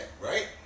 right